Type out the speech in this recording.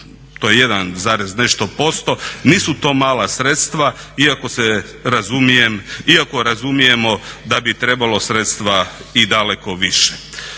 posto. Nisu to mala sredstva, iako razumijemo da bi trebalo sredstva i daleko više.